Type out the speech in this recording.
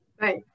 Right